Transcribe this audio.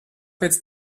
pēc